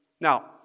Now